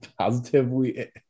Positively